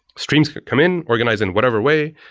streams come in, organized in whatever way.